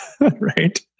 right